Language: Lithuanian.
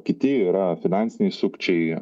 kiti yra finansiniai sukčiai